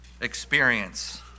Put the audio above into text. experience